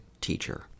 teacher